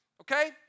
Okay